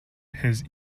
his